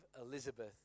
Elizabeth